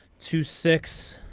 two six.